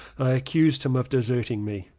i accused him of deserting me.